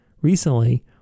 recently